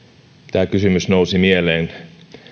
tämä kysymys nousi mieleen